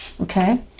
Okay